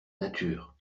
nature